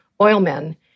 oilmen